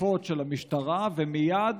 בדחיפות של המשטרה, ומייד